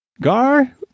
Gar